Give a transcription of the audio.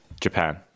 Japan